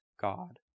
God